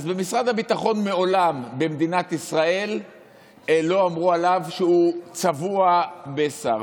אז במשרד הביטחון מעולם במדינת ישראל לא אמרו עליו שהוא צבוע בשר.